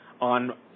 on